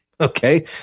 okay